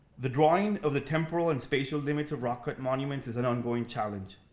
the drawing of the temporal and spatial limits of rock cut monuments is an ongoing challenge.